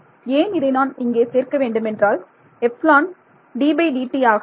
ஏன் இதை நான் இங்கே சேர்க்க வேண்டுமென்றால் எப்ஸிலோன் ddt யாக இருக்கும்